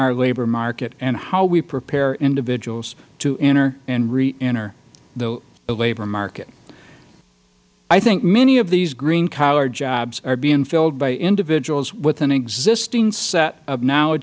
our labor market and how we prepare individuals to enter and reenter the labor market i think many of these green collar jobs are being filled by individuals with an existing set of know